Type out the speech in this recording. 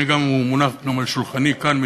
הוא מונח גם על שולחני כאן,